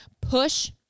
push